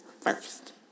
first